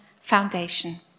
foundation